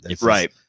Right